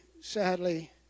sadly